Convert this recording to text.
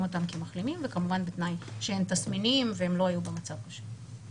אותם כמחלימים וכמובן בתנאי שאין תסמינים והם לא היו במצב קשה.